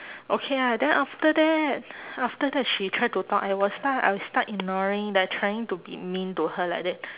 okay ah then after that after that she try to talk I will start I will start ignoring they're trying to be mean to her like that